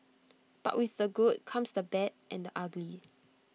but with the good comes the bad and the ugly